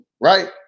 right